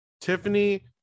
tiffany